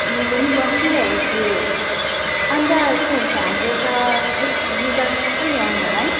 म पनि बसिरहेको छु अन्त के भन्छ हाम्रो त खै रिजल्ट कहिले आउने होला है